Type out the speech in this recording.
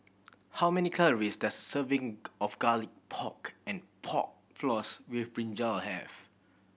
how many calories does serving of Garlic Pork and Pork Floss with brinjal have